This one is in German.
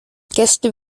gäste